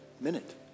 minute